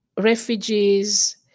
refugees